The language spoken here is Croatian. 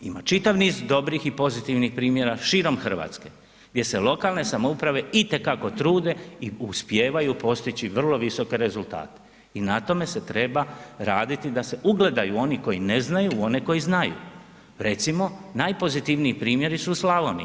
Ima čitav niz dobrih i pozitivnih primjera širom Hrvatske gdje se lokalne samouprave itekako trude i uspijevaju postići vrlo visoke rezultate i na tome se treba raditi da se ugledaju oni koji ne znaju u one koji znaju, recimo, najpozitivniji primjeri su u Slavoniji.